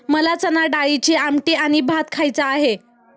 मला चणाडाळीची आमटी आणि भात खायचा आहे